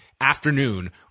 afternoon